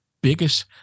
biggest